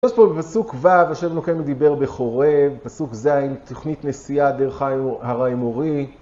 יש פה פסוק ו' אשר נוכל לדיבר בחורה, פסוק ז', תכנית נסיעה דרך הריימורי.